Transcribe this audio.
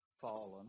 fallen